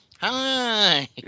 Hi